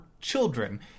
children